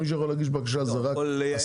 מי שיכול להגיש בקשה זה רק השר,